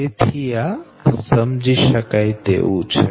તેથી આ સમજી શકાય તેવું છે